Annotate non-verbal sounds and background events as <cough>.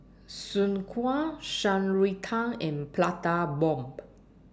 Soon Kway Shan Rui Tang and Plata Bomb <noise>